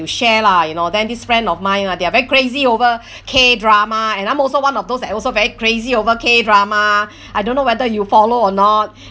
you share lah you know then this friend of mine ah they are very crazy over K drama and I'm also one of those like also very crazy over K drama I don't know whether you follow or not